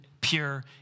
pure